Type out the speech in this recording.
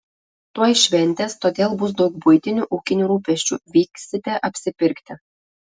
tuoj šventės todėl bus daug buitinių ūkinių rūpesčių vyksite apsipirkti